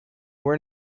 were